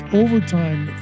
overtime